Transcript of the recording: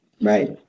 right